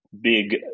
big